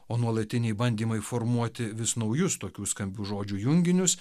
o nuolatiniai bandymai formuoti vis naujus tokių skambių žodžių junginius